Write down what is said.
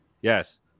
yes